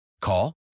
Call